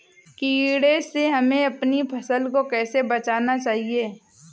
कीड़े से हमें अपनी फसल को कैसे बचाना चाहिए?